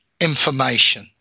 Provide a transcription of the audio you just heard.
information